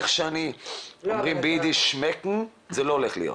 אני מבין שזה לא הולך להיות.